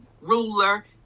ruler